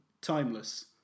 timeless